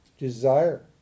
desire